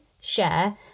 share